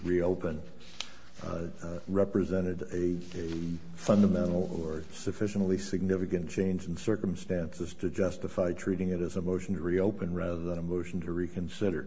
reopen represented a fundamental or sufficiently significant change in circumstances to justify treating it as a motion to reopen rather than a motion to reconsider